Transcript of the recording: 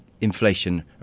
inflation